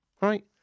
right